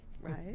right